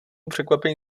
překvapení